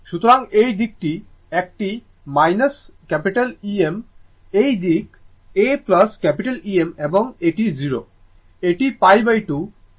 সুতরাং এই দিকটি একটি মাইনাস Em এই দিকটি a Em এবং এটি 0 এটি π2 এটি π এটি 2 π